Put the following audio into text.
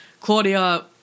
Claudia